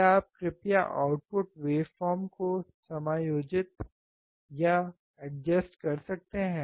क्या आप कृपया आउटपुट वेवफॉर्म को समायोजित कर सकते हैं